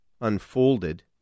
unfolded